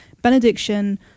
Benediction